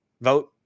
vote